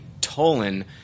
Tolan